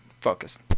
focus